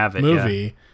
movie